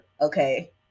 Okay